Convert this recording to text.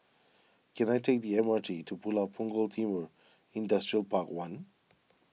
can I take the M R T to Pulau Punggol Timor Industrial Park one